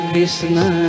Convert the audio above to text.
Krishna